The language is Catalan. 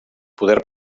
poder